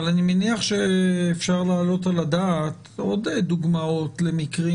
אבל אני מניח שאפשר להעלות על הדעת עוד דוגמאות למקרים